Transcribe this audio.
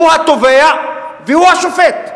הוא התובע והוא השופט?